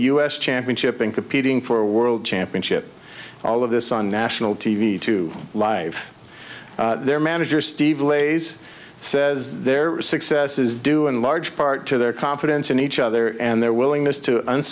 us championship and competing for a world championship all of this on national t v to live their manager steve lays says their success is due in large part to their confidence in each other and their willingness to